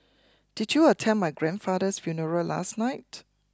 did you attend my grandfather's funeral last night